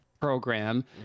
program